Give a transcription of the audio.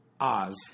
Oz